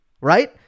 right